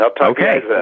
Okay